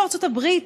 ראשונת הדוברות,